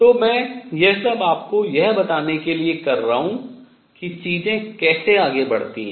तो मैं यह सब आपको यह बताने के लिए कर रहा हूँ कि चीजें कैसे आगे बढ़ती हैं